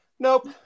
Nope